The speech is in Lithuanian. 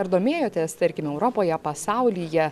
ar domėjotės tarkim europoje pasaulyje